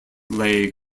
leg